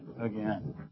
again